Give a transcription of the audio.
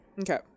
Okay